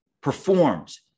performs